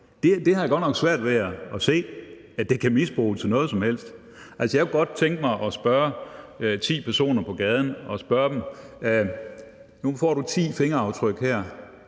Det har jeg godt nok svært ved at se, altså at det kan misbruges til noget som helst. Jeg kunne godt tænke mig at spørge ti personer på gaden: Nu får du ti fingeraftryk her,